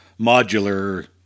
modular